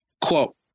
Quote